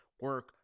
Work